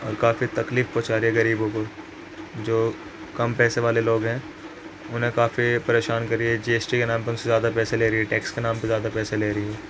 اور کافی تکلیف پہنچا رہی ہے غریبوں کو جو کم پیسے والے لوگ ہیں انہیں کافی پریشان کر رہی ہے جی ایس ٹی کے نام پر ان سے زیادہ پیسے لے رہی ہے ٹیکس کے نام پہ زیادہ پیسے لے رہی ہے